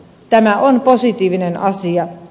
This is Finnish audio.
tämä on positiivinen asia